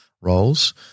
roles